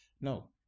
No